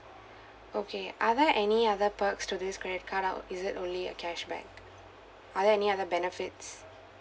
okay are there any other perks to this credit card out is it only a cashback are there any other benefits